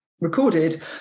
recorded